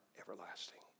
everlasting